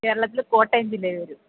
കേരളത്തില് കോട്ടയം ജില്ലയിൽ വരും